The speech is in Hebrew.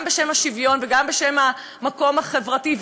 גם בשם השוויון וגם בשם המקום החברתי,